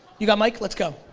you've got mic let's go.